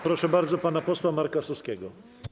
Proszę bardzo pana posła Marka Suskiego.